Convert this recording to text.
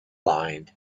lined